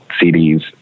CDs